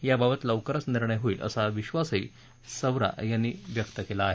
याबाबत लवकरच निर्णय होईल असा विश्वासही सावरा यांनी व्यक्त् केला आहे